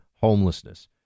homelessness